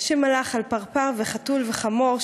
/ שמלך על פרפר וחתול וחמור,